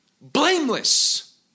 blameless